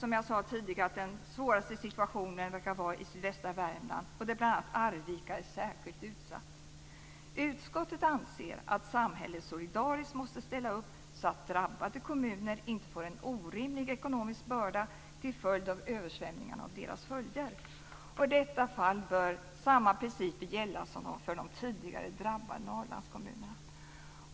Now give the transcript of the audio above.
Svårast verkar situationen som sagt vara i sydvästra Värmland, där bl.a. Arvika är särskilt utsatt. Utskottet anser att samhället solidariskt måste ställa upp så att drabbade kommuner inte får en orimlig ekonomisk börda till följd av översvämningarna och deras följder. I detta fall bör samma principer gälla som för de tidigare drabbade Norrlandskommunerna.